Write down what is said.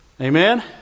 Amen